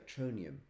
Electronium